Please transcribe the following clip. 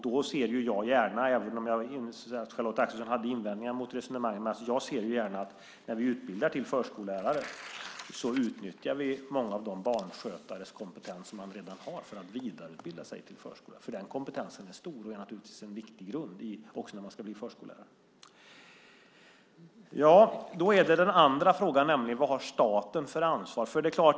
Då ser jag gärna, även om Christina Axelsson hade invändningar mot det resonemanget, att när vi utbildar till förskollärare utnyttjar vi kompetensen hos många av barnskötarna för att vidareutbilda dem till förskollärare. Den kompetensen är stor och naturligtvis en viktig grund när man ska bli förskollärare. Den andra frågan är: Vad har staten för ansvar?